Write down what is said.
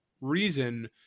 reason